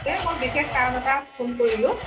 এই মই বিশেষ কাৰণ এটাত ফোন কৰিলোঁ